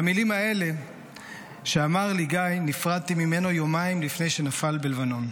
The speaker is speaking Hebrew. במילים האלה שאמר לי גיא נפרדתי ממנו יומיים לפני שנפל בלבנון.